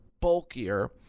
bulkier